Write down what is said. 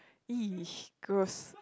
!ee! gross